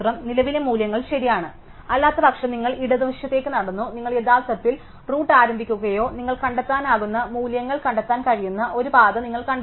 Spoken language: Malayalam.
നിലവിലെ മൂല്യങ്ങൾ ശരിയാണ് അല്ലാത്തപക്ഷം നിങ്ങൾ ഇടതുവശത്തേക്ക് നടന്നു നിങ്ങൾ യഥാർത്ഥത്തിൽ റൂട്ട് ആരംഭിക്കുകയാണോ നിങ്ങൾക്ക് കണ്ടെത്താനാകുന്ന മൂല്യങ്ങൾ കണ്ടെത്താൻ കഴിയുന്ന ഒരു പാത നിങ്ങൾ കണ്ടെത്തുന്നു